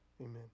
Amen